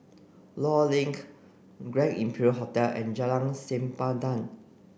Law Link Grand Imperial Hotel and Jalan Sempadan